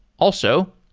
also,